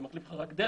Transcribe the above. מחליף רק דלק.